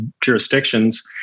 jurisdictions